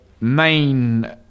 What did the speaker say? main